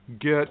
get